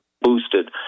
boosted